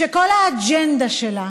שכל האג'נדה שלה